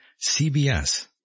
CBS